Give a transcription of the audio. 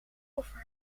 over